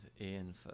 ian